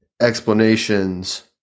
explanations